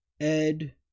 Ed